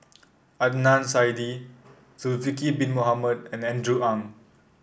Adnan Saidi Zulkifli Bin Mohamed and Andrew Ang